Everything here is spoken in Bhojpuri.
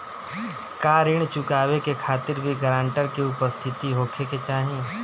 का ऋण चुकावे के खातिर भी ग्रानटर के उपस्थित होखे के चाही?